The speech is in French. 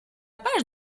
page